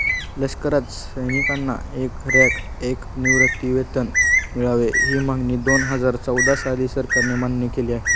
लष्करात सैनिकांना एक रँक, एक निवृत्तीवेतन मिळावे, ही मागणी दोनहजार चौदा साली सरकारने मान्य केली आहे